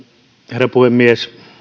herra puhemies